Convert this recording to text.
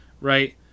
right